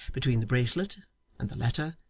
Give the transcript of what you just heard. between the bracelet and the letter,